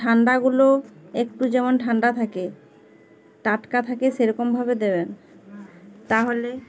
ঠান্ডাগুলো একটু যেমন ঠান্ডা থাকে টাটকা থাকে সেরকমভাবে দেবেন তাহলে